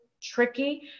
tricky